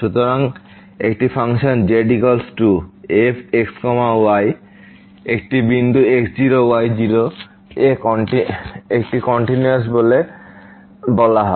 সুতরাং একটি function z f x y একটি বিন্দু x0 y0 এ একটি কন্টিনিউয়াস বলে বলা হয়